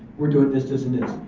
we're doing this, this, and this.